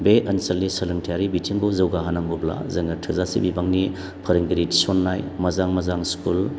बे ओनसोलनि सोलोंथायारि बिथिंखौ जौगा होनांगौब्ला जोङो थोजासे बिबांनि फोरोंगिरि थिसननाय मोजां मोजां स्कुल